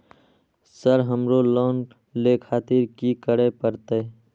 Sir हमरो loan ले खातिर की करें परतें?